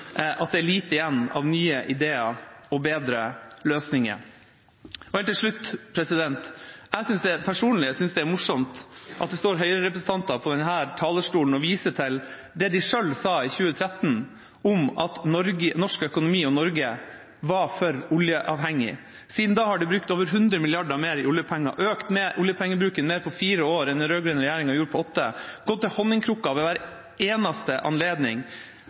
at det er lite igjen av nye ideer og bedre løsninger. Helt til slutt: Jeg synes personlig det er morsomt at det står Høyre-representanter på denne talerstolen og viser til det de selv sa i 2013 om at norsk økonomi og Norge var for oljeavhengig. Siden da har de brukt over 100 mrd. kr mer i oljepenger, økt oljepengebruken mer på fire år enn den rød-grønne regjeringa gjorde på åtte, gått til honningkrukken ved hver eneste anledning,